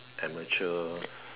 amateur